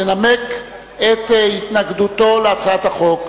ולנמק את התנגדותו להצעת החוק.